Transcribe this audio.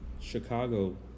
Chicago